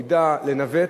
ידע לנווט,